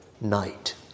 night